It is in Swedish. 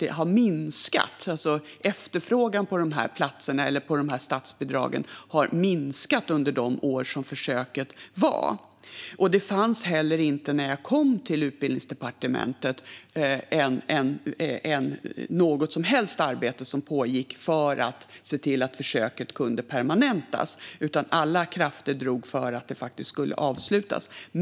Efterfrågan på platser och statsbidrag har också minskat under de år som försöket pågick. När jag kom till Utbildningsdepartementet pågick inget som helst arbete för att försöket skulle permanentas, utan alla krafter drog för att det skulle avslutas.